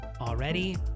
already